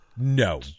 No